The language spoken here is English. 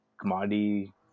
commodity